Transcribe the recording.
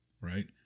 right